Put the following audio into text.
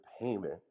payment